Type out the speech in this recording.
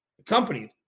accompanied